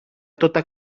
tota